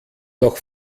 doch